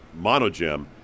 Monogem